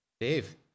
Dave